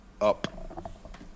up